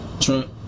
Trump